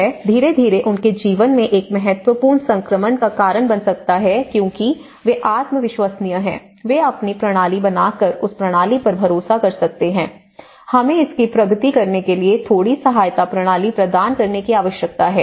यह धीरे धीरे उनके जीवन में एक महत्वपूर्ण संक्रमण का कारण बन सकता है क्योंकि वे आत्म विश्वसनीय हैं वे अपनी प्रणाली बना कर उस प्रणाली पर भरोसा कर सकते हैं हमें इसकी प्रगति करने के लिए थोड़ी सहायता प्रणाली प्रदान करने की आवश्यकता है